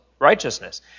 righteousness